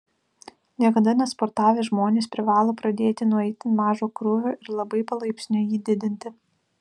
niekada nesportavę žmonės privalo pradėti nuo itin mažo krūvio ir labai palaipsniui jį didinti